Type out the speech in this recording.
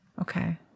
Okay